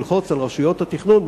ללחוץ על רשויות התכנון,